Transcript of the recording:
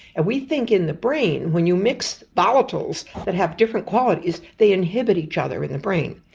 and we think in the brain when you mix volatiles that have different qualities they inhibit each other in the brain,